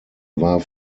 war